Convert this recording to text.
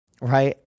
right